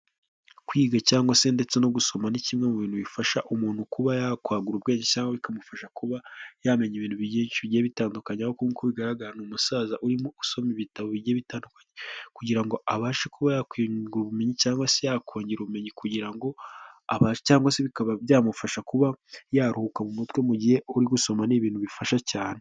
Kwiga cyangwa se ndetse no gusoma ni kimwe mu bintu bifasha umuntu kuba yakwagura ubwenge cyangwa bikamufasha kuba yamenya ibintu byinshi bigiye bitandukanya, aha ngaha uko bigaragara ni umusaza urimo usoma ibitabo bigiye bitandukanye, kugira ngo abashe kuba yakwiyungura ubumenyi cyangwa se yakongera ubumenyi kugira ngo cyangwa se bikaba byamufasha kuba yaruhuka mu mutwe mu gihe uri gusoma ni ibintu bifasha cyane.